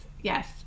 yes